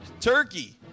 turkey